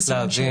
מה עמדת הממשלה?